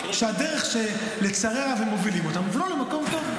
שהדרך שבה לצערי הרב הם מובילים אותנו היא לא למקום טוב.